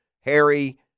Harry